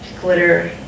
glitter